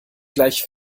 gleich